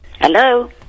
Hello